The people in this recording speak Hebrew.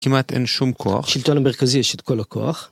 כמעט אין שום כוח. לשלטון המרכזי יש את כל הכוח.